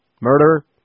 Murder